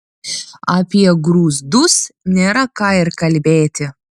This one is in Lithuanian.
apie grūzdus nėra ką ir kalbėti